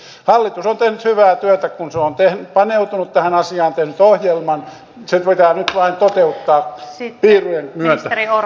hallitus on tehnyt hyvää työtä kun se on paneutunut tähän asiaan tehnyt ohjelman se pitää nyt vain toteuttaa piirujen myötä